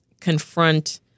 confront